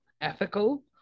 ethical